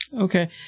Okay